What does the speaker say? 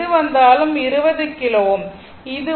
எது வந்தாலும் 20 கிலோ Ω